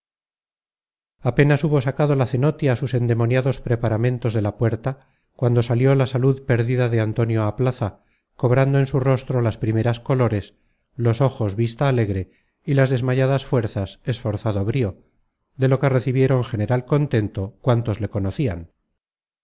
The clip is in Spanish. apenas hubo sacado la cenotia sus endemoniados preparamentos de la puerta cuando salió la salud perdida de antonio á plaza cobrando en su rostro las primeras colores los ojos vista alegre y las desmayadas fuerzas esforzado brío de lo que recibieron general contento cuantos le conocian